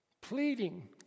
pleading